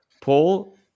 Paul